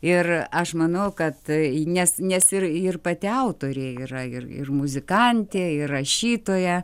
ir aš manau kad nes nes ir ir pati autorė yra ir ir muzikantė ir rašytoja